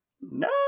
No